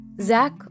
Zach